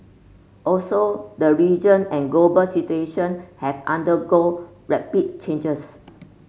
also the region and global situation have undergone rapid changes